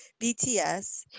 BTS